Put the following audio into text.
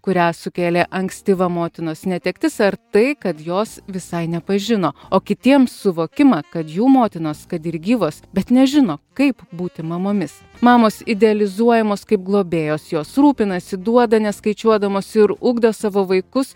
kurią sukėlė ankstyva motinos netektis ar tai kad jos visai nepažino o kitiems suvokimą kad jų motinos kad ir gyvos bet nežino kaip būti mamomis mamos idealizuojamos kaip globėjos jos rūpinasi duoda neskaičiuodamos ir ugdo savo vaikus